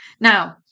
Now